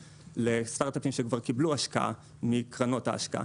לסטארט-אפים שכבר קיבלו השקעה מקרנות ההשקעה.